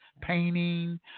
painting